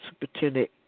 superintendent